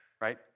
right